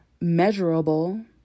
measurable